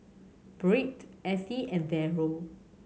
Byrd Ettie and Daryl